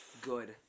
Good